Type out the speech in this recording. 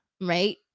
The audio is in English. right